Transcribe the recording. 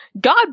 God